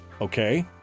Okay